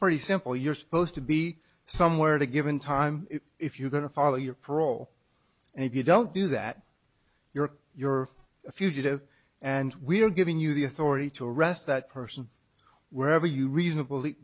pretty simple you're supposed to be somewhere to given time if you're going to follow your parole and if you don't do that you're you're a fugitive and we are giving you the authority to arrest that person wherever you reasonably